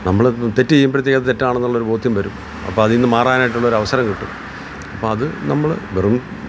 നമ്മൾ തെറ്റു ചെയ്യുമ്പോഴത്തേക്ക് അതു തെറ്റാണെന്നുള്ള ഒരു ബോധ്യം വരും അപ്പോൾ അതിൽ നിന്നു മാറാനായിട്ടുള്ള ഒരു അവസരം കിട്ടും അപ്പോൾ അതു നമ്മൾ വറും